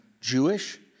Jewish